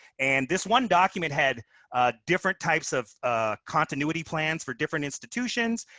and this one document had different types of ah continuity plans for different institutions.